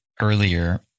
earlier